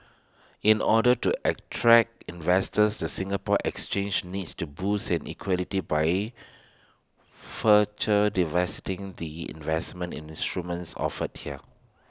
in order to attract investors the Singapore exchange needs to boost and liquidity by further de vesting the investment and instruments offered here